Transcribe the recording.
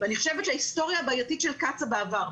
ההיסטוריה הבעייתית של קצא"א בעבר,